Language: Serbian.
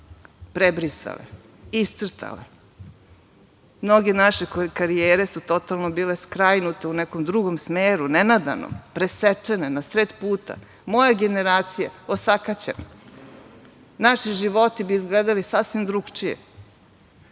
prebrisale, iscrtale. Mnoge naše karijere su totalno bile skrajnute u nekom drugom smeru nenadano, presečne na sred puta, moja generacija osakaćena. Naši životi bi izgledali sasvim drugačije.